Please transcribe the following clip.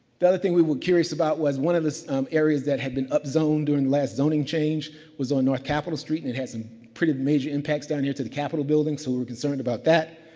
the other thing we will curious about was one of the areas that had been up zoned during last zoning change was on north capitol street. and it has some pretty major impacts down here to the capitol building. so, we were concerned about that.